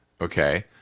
okay